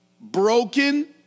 broken